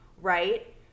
right